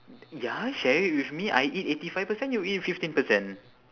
ya share it with me I eat eighty five percent you eat fifteen percent